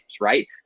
right